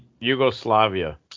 Yugoslavia